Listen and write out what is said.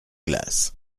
glace